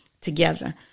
together